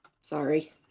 sorry